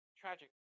tragic